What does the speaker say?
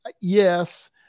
Yes